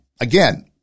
again